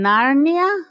Narnia